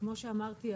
כמו שאמרתי,